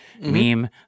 meme